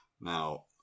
Now